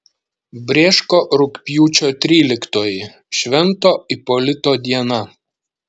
brėško rugpjūčio tryliktoji švento ipolito diena